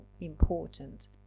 important